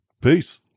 peace